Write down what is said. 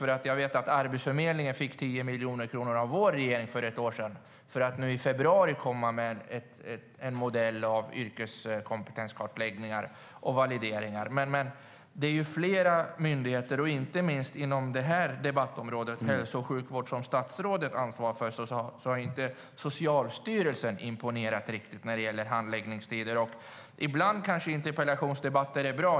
Arbetsförmedlingen fick för ett år sedan 10 miljoner kronor av alliansregeringen för att nu i februari komma med en modell för yrkeskompetenskartläggningar och valideringar. Det rör flera myndigheter. Inom det område som statsrådet ansvarar för, hälso och sjukvård, har Socialstyrelsen inte precis imponerat vad gäller handläggningstiderna. Ibland är nog interpellationsdebatter bra.